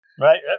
Right